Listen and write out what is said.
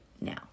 now